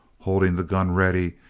holding the gun ready,